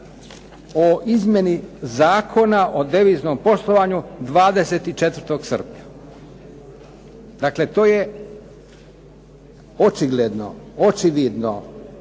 o izmjeni Zakona o deviznom poslovanju 24. srpnja. Dakle, to je očigledno, očevidno,